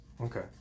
okay